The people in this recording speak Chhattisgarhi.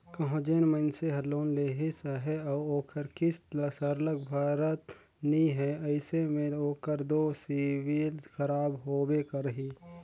कहों जेन मइनसे हर लोन लेहिस अहे अउ ओहर किस्त ल सरलग भरत नी हे अइसे में ओकर दो सिविल खराब होबे करही